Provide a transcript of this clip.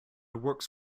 works